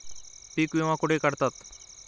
पीक विमा कुठे काढतात?